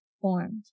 formed